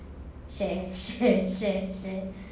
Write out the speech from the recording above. share share share share